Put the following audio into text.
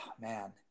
man